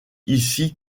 ici